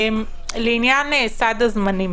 לעניין סד הזמנים